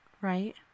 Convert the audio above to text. right